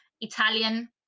Italian